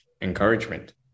encouragement